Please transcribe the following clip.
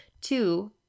Two